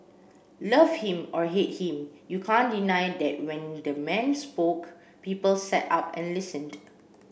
love him or hate him you can't deny that when the man spoke people sat up and listened